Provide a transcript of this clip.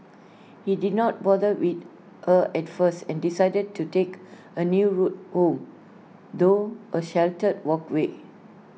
he did not bother with her at first and decided to take A new route home through A sheltered walkway